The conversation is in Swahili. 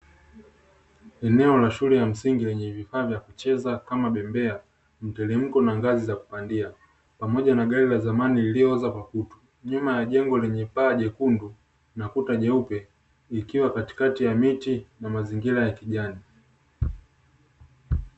Eneo la shule ya msingi lenye vifaa vya kucheza kama bembea, mteremko, na ngazi za kupandia, pamoja na gari la zamani lililooza kwa kutu. Nyuma ya jengo lenye paa jekundu, na kuta nyeupe ikiwa katikati ya miti na mazingira ya kijani.